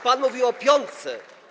Pan mówi o piątce.